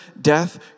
death